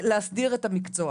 בלהסדיר את המקצוע,